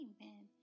Amen